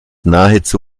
nahezu